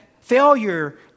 failure